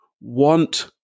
want